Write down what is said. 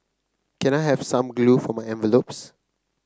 can I have some glue for my envelopes